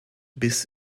bis